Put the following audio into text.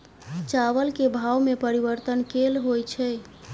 चावल केँ भाव मे परिवर्तन केल होइ छै?